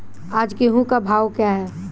आज गेहूँ का भाव क्या है?